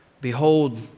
Behold